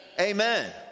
Amen